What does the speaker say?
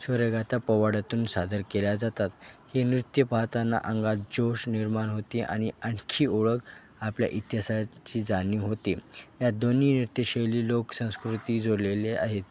स्वरगाथा पोवाड्यातून सादर केल्या जातात हे नृत्य पाहताना अंगात जोष निर्माण होते आणि आणखी ओळख आपल्या इतिहासाची जाणीव होते या दोन्ही नृत्यशैली लोकसंस्कृती जोडलेले आहेत